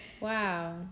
Wow